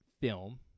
film